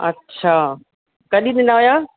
अच्छा कॾहिं ॾिना हुयव